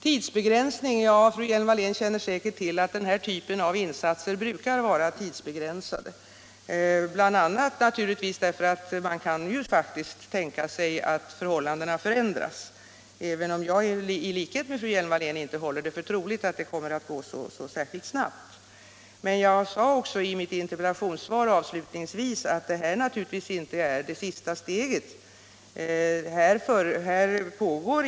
Fru Hjelm-Wallén känner säkert till att insatser av den här typen brukar vara tidsbegränsade, bl.a. naturligtvis därför att man kan tänka sig att förhållandena förändras, även om jag i likhet med fru Hjelm-Wallén inte håller det för troligt att det går särskilt snabbt. Men jag sade också avslutningsvis i mitt interpellationssvar att detta naturligtvis inte är det sista steget.